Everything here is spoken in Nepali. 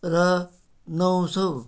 र नौ सौ